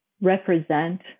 represent